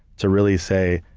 to really say,